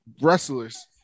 wrestlers